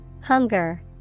Hunger